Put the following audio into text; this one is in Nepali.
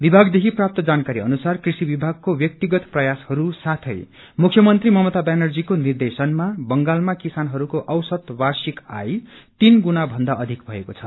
विभागदेखि प्राप्त जानकारी अनुसार क्रषि विभागको ब्यक्तिगत प्रयासहरू साथै मुख्यमन्त्री ममता ब्यानर्जीको निर्देशनमा बंगालमा किसानहरूको औसत वार्षिक आय तीन गुणा भन्दा अधिक भएको छ